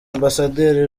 ambasaderi